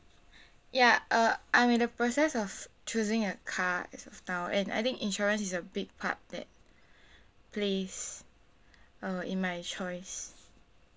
ya uh I'm in the process of choosing a car as of now and I think insurance is a big part that plays uh in my choice